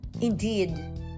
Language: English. indeed